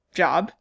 job